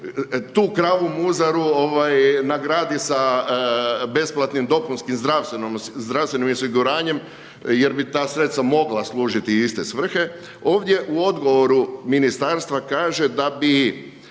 tu kravu muzaru nagradi sa besplatnim dopunskim zdravstvenim osiguranjem jer bi ta sredstva mogla služiti u iste svrhe. Ovdje u odgovoru ministarstva kaže da bi